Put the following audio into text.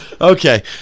Okay